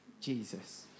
Jesus